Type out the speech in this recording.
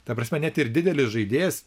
ta prasme net ir didelis žaidėjas